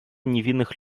невинных